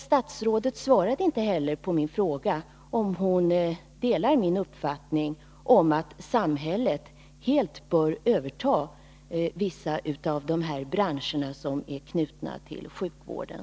Statsrådet svarade inte heller på min fråga om hon delar min uppfattning, att samhället helt bör överta vissa av de branscher som är knutna till sjukvården.